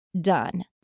done